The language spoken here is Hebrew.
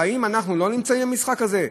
האם אנחנו לא נמצאים במשחק הזה?